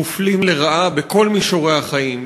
מופלים לרעה בכל מישורי החיים,